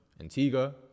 Antigua